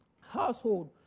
household